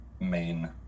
main